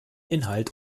inhalt